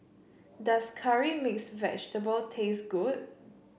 does Curry Mixed Vegetable taste good